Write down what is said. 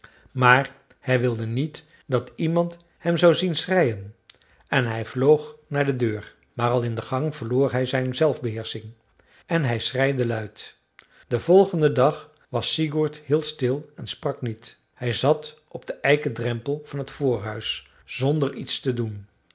maar hij wilde niet dat iemand hem zou zien schreien en hij vloog naar de deur maar al in de gang verloor hij zijn zelfbeheersching en hij schreide luid den volgenden dag was sigurd heel stil en sprak niet hij zat op den eiken drempel van het voorhuis zonder iets te doen